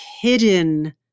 hidden